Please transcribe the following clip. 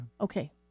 okay